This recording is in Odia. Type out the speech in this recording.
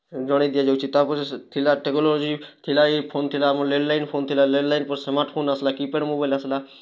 ଜଣାଇ ଦିଆଯାଉଛି ତାପରେ ଥିଲା ଟେକ୍ନୋଲୋଜି ଥିଲା ଏଇ ଫୋନ୍ ଥିଲା ଆମ ଲ୍ୟାଣ୍ଡ୍ ଲାଇନ୍ ଫୋନ୍ ଥିଲା ଲ୍ୟାଣ୍ଡ୍ ଲାଇନ୍ ପରେ ସ୍ମାର୍ଟଫୋନ୍ ଆସିଲା କିପ୍ୟାଡ଼ ମୋବାଇଲ୍ ଆସିଲା